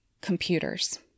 computers